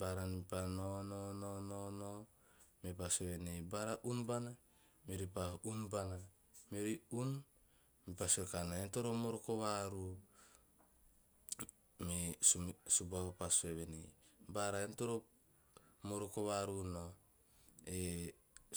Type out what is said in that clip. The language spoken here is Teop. Bara me pa nao nao nao nao nao, me paa sue bana "bara uun bana, meori nun". Me pa sue kana "ean toro moroko vaaru." Me subuava pa sue venei "bara ean toro moroko vaaru nom." Me subuava pa sue venei "bara ean toro moroko vaaru nao. E